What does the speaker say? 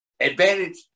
advantage